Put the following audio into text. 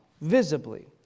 visibly